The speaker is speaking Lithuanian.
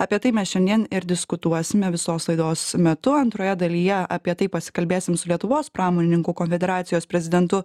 apie tai mes šiandien ir diskutuosime visos laidos metu antroje dalyje apie tai pasikalbėsim su lietuvos pramonininkų konfederacijos prezidentu